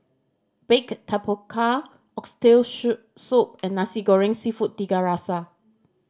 baked tapioca oxtail soup and Nasi Goreng Seafood Tiga Rasa